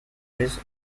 this